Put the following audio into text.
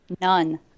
None